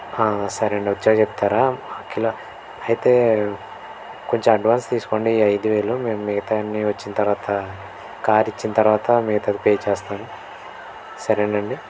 సరేండి వచ్చాక చెప్తారా కిలొ అయితే కొంచెం అడ్వాన్స్ తీసుకోండి ఈ ఐదు వేలు మేము మిగతావి అన్నీ వచ్చిన తర్వాత కార్ ఇచ్చిన తర్వాత మిగతాది పే చేస్తాము సరేనండి